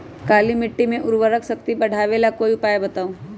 काली मिट्टी में उर्वरक शक्ति बढ़ावे ला कोई उपाय बताउ?